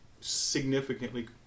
significantly